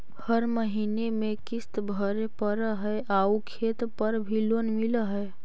हर महीने में किस्त भरेपरहै आउ खेत पर भी लोन मिल है?